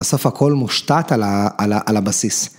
בסוף הכל מושתת על הבסיס.